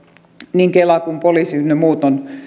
niin kela kuin poliisi ynnä muut ovat